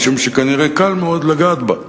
משום שכנראה קל מאוד לגעת בה.